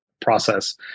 process